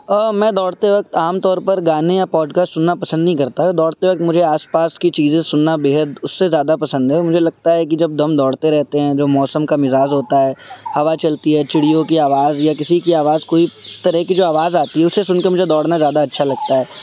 میں دوڑتے وقت عام طور پر گانے یا پاڈ کاسٹ سننا پسند نہیں کرتا دوڑتے وقت مجھے آس پاس کی چیزیں سننا بےحد اس سے زیادہ پسند ہے مجھے لگتا ہے کہ جب دم دوڑتے رہتے ہیں جو موسم کا مزاج ہوتا ہے ہوا چلتی ہے چڑیوں کی آواز یا کسی کی آواز کوئی طرح کی جو آواز آتی ہے اسے سن کے مجھے دوڑنا زیادہ اچھا لگتا ہے